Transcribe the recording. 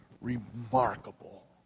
remarkable